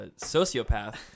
sociopath